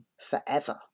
forever